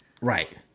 Right